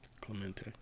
Clemente